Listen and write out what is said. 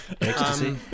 Ecstasy